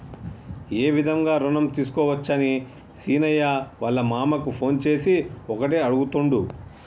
ఏ విధంగా రుణం తీసుకోవచ్చని సీనయ్య వాళ్ళ మామ కు ఫోన్ చేసి ఒకటే అడుగుతుండు